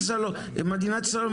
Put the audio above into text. במדינה אצלנו,